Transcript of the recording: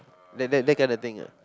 that that that kind of thing ah